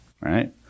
Right